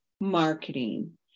marketing